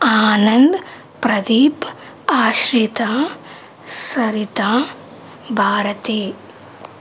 Anand Pradeep Ashrita Sarita Bharati